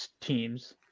teams